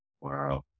Wow